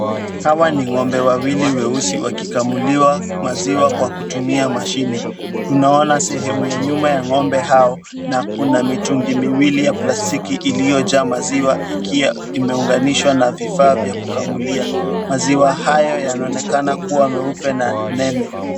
Hawa ni ng'ombe wawili weusi wakikamuliwa maziwa kwa kutumia mashine, tunaona sehemu ya nyuma ya ng'ombe hao na kuna mitungi miwili ya plastiki iliyajaa maziwa ikiwa imeunganishwa na vifaa vya kukamulia .Maziwa haya yanaonekana kuwa meupe na nene.